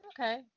okay